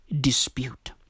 dispute